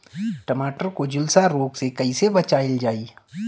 टमाटर को जुलसा रोग से कैसे बचाइल जाइ?